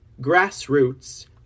grassroots